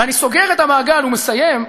ואני סוגר את המעגל ומסיים,